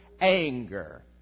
anger